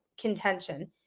contention